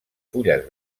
fulles